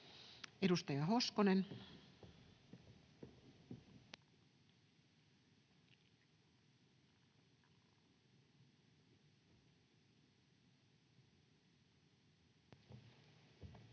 Edustaja Hoskonen. [Speech